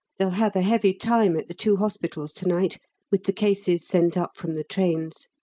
they'll have a heavy time at the two hospitals to-night with the cases sent up from the trains.